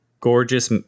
gorgeous